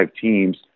teams